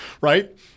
Right